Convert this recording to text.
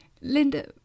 Linda